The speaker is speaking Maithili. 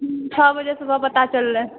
छओ बजे सुबह पता चललै